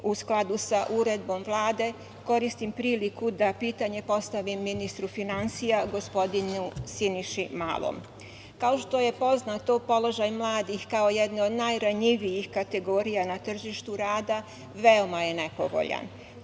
u skladu sa uredbom Vlade, koristim priliku da pitanje postavim ministru finansija gospodinu Siniši Malom. Kao što je poznato položaj mladih kao jedne od najranjivijih kategorija na tržištu rada veoma je nepovoljan.U